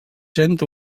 sent